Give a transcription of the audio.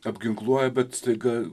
apginkluoja bet staiga